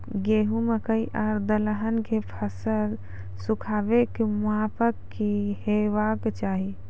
गेहूँ, मकई आर दलहन के फसलक सुखाबैक मापक की हेवाक चाही?